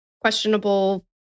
questionable